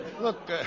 Look